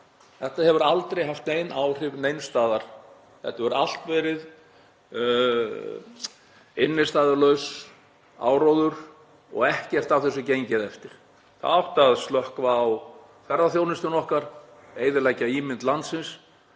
Þetta hefur aldrei haft nein áhrif neins staðar. Þetta hefur allt verið innstæðulaus áróður og ekkert af þessu gengið eftir. Það átti að slökkva á ferðaþjónustunni okkar, eyðileggja ímynd landsins.